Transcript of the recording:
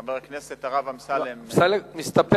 שחבר הכנסת הרב אמסלם, חבר הכנסת אמסלם, מסתפק?